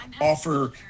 offer